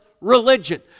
religion